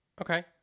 Okay